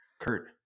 Kurt